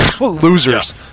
Losers